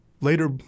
later